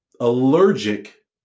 allergic